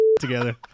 together